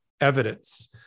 evidence